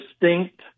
Distinct